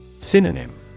Synonym